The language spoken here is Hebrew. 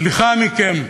סליחה מכם.